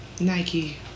Nike